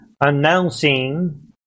announcing